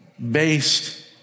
based